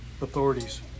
authorities